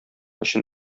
өчен